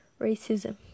racism